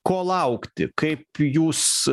ko laukti kaip jūs